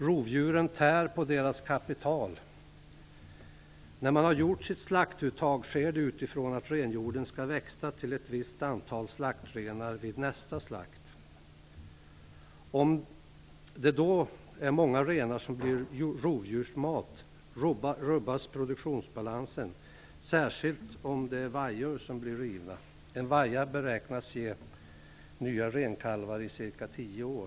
Rovdjuren tär på deras kapital. När man gör sitt slaktuttag sker det utifrån att renhjorden skall växa till ett visst antal slaktrenar vid nästa slakt. Om många renar då blir rovdjursmat rubbas produktionsbalansen, särskilt om det är vajor som blir rivna. En vaja beräknas ge nya renkalvar i cirka tio år.